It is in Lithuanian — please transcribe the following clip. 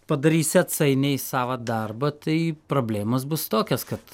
padarysi atsainiai sava darbą tai problemos bus tokios kad